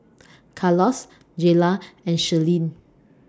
Carlos Jaylah and Shirlene